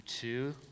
two